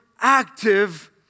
active